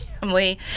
family